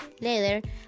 Later